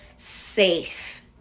safe